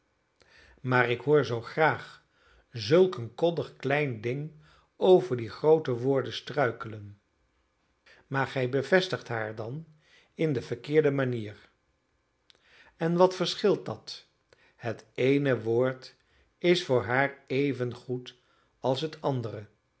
maar ik hoor zoo graag zulk een koddig klein ding over die groote woorden struikelen maar gij bevestigt haar dan in de verkeerde manier en wat verscheelt dat het eene woord is voor haar evengoed als het andere